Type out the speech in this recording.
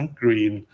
green